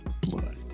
blood